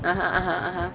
(uh huh) (uh huh)